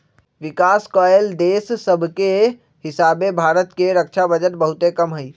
विकास कएल देश सभके हीसाबे भारत के रक्षा बजट बहुते कम हइ